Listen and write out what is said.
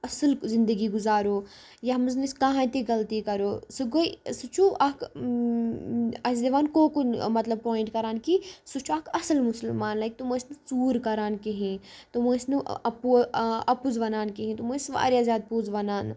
اَصٕل زِندگی گُزارو یَتھ منٛز نہٕ أسۍ کٔہۭنۍ تہِ غلطی کَرو سُہ گٔے سُہ چھُ اَکھ اَسہِ دِوان کوکُن مطلب پایِنٛٹ کَران کہِ سُہ چھُ اَکھ اَصٕل مُسلمان لایِک تِم ٲسۍ نہٕ ژوٗر کَران کِہیٖنۍ تِم ٲسۍ نہٕ اَپو اَپُز وَنان کِہیٖنۍ تِم ٲسۍ واریاہ زیادٕ پوٚز وَنان